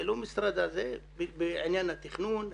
בעניין התכנון,